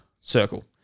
circle